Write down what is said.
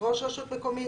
ראש רשות מקומית,